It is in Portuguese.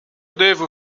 devo